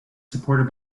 supported